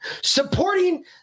Supporting